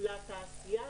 את העובדים,